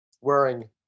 wearing